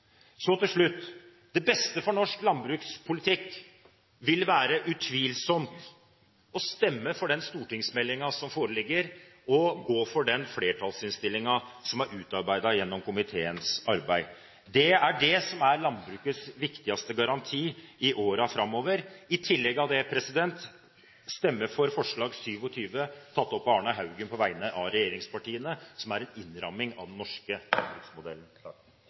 Til slutt: Det beste for norsk landbrukspolitikk vil utvilsomt være å stemme for den stortingsmeldingen som foreligger – å gå for den flertallsinnstillingen som er utarbeidet gjennom komiteens arbeid. Det er det som er landbrukets viktigste garanti i årene framover – i tillegg til å stemme for forslag nr. 27, tatt opp av Arne L. Haugen på vegne av regjeringspartiene, som er en innramming av den norske